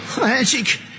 Magic